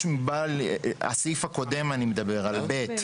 בסעיף הקודם (ב)